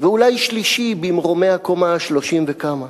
ואולי שלישי, במרומי הקומה ה-30 וכמה.